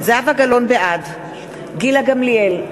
בעד גילה גמליאל,